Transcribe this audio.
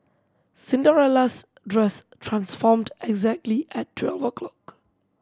Cinderella's dress transformed exactly at twelve o'clock